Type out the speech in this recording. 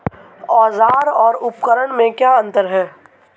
औज़ार और उपकरण में क्या अंतर है?